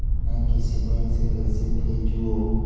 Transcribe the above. मैं किसी बैंक से कैसे भेजेऊ